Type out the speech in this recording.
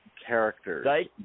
characters